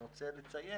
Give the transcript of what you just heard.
צריך רק להדגיש